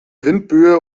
windböe